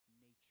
nature